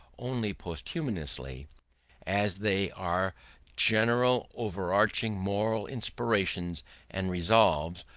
only posthumously as they are general overarching moral inspirations and resolves,